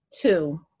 two